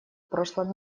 прошлом